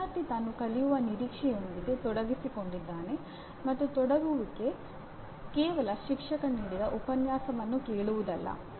ವಿದ್ಯಾರ್ಥಿ ತಾನು ಕಲಿಯುವ ನಿರೀಕ್ಷೆಯೊಂದಿಗೆ ತೊಡಗಿಸಿಕೊಂಡಿದ್ದಾನೆ ಮತ್ತು ತೊಡಗುವಿಕೆ ಕೇವಲ ಶಿಕ್ಷಕ ನೀಡಿದ ಉಪನ್ಯಾಸವನ್ನು ಕೇಳುವುದಲ್ಲ